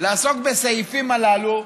לעסוק בסעיפים הללו,